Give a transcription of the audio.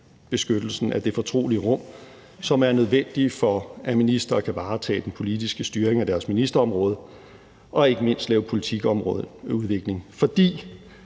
beskyttelsen af det fortrolige rum, som er nødvendigt, for at ministre kan varetage den politiske styring af deres ministerområde og ikke mindst for at kunne lave politikudvikling. Hvis